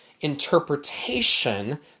interpretation